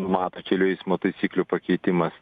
numato kelių eismo taisyklių pakeitimas